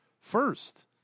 first